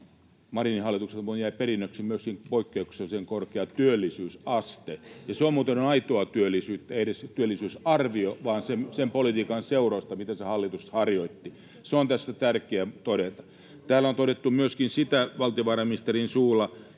Marinin hallitukselta muuten jäi perinnöksi myöskin poikkeuksellisen korkea työllisyysaste, ja se on muuten aitoa työllisyyttä, ei edes työllisyysarvio vaan sen politiikan seurausta, mitä se hallitus harjoitti. Se on tässä tärkeä todeta. Täällä on todettu valtiovarainministerin suulla